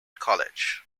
college